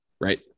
Right